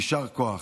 יישר כוח.